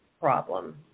problem